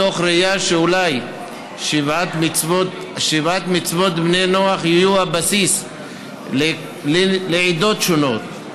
מתוך ראייה שאולי שבע מצוות בני נוח יהיו הבסיס לעדות שונות,